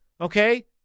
Okay